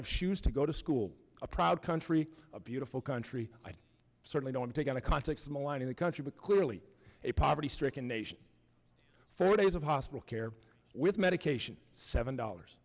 have shoes to go to school a proud country a beautiful country i certainly don't take into conflicts maligning the country but clearly a poverty stricken nation four days of hospital care with medication seven dollars